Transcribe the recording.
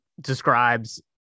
describes